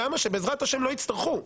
שבעזרת השם לא יצטרכו.